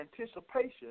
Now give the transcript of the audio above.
anticipation